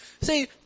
See